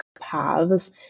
paths